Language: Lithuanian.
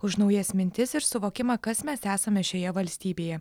už naujas mintis ir suvokimą kas mes esame šioje valstybėje